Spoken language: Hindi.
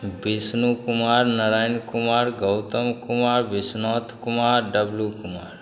विष्णु कुमार नरायण कुमार गौतम कुमार विश्वनाथ कुमार डब्लू कुमार